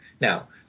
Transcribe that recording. Now